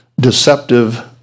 deceptive